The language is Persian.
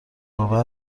آور